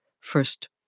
first